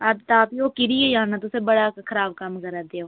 हां तां भी ओह् किरी गै जाना तुस बड़ा खराब कम्म करै दे ओ